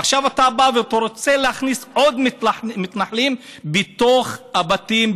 ועכשיו אתה בא ואתה רוצה להכניס עוד מתנחלים בתוך הבתים,